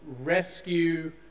rescue